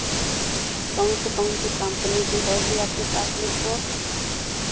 कौन सी कौन सी कम्पनी की है ये आपके पास लैपटॉप